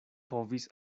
povis